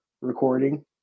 recording